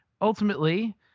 ultimately